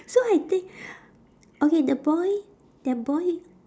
so I think okay the boy that boy